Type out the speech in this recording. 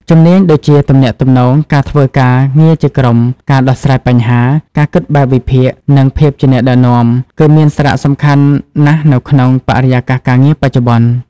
ជំនាញដូចជា ទំនាក់ទំនង ការធ្វើការងារជាក្រុម ការដោះស្រាយបញ្ហា ការគិតបែបវិភាគ និងភាពជាអ្នកដឹកនាំ គឺមានសារៈសំខាន់ណាស់នៅក្នុងបរិយាកាសការងារបច្ចុប្បន្ន។